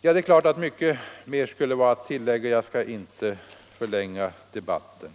Det är klart att mycket skulle vara att tillägga. Jag skall emellertid inte förlänga debatten.